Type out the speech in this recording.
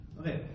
Okay